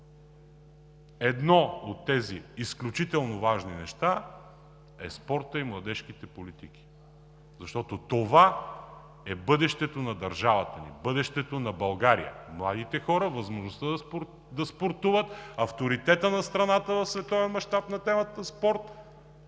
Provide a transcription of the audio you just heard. Едни от тези изключително важни неща са спортът и младежките политики. Защото това е бъдещето на държавата ни, бъдещето на България – младите хора, възможността да спортуват, авторитета на страната в света на темата спорт,